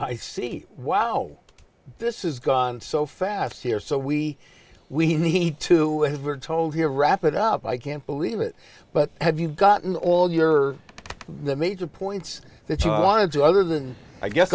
i see wow this is gone so fast here so we we need to as we're told here wrap it up i can't believe it but have you gotten all your the major points that you wanted to other than i guess